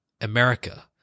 America